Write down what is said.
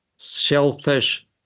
shellfish